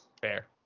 Fair